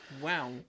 Wow